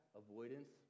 avoidance